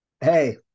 hey